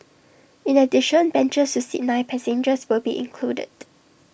in addition benches seat nine passengers will be included